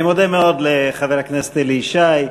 אני מודה מאוד לחבר הכנסת אלי ישי,